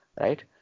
right